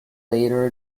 later